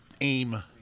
AIM